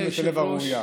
בבקשה,